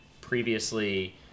previously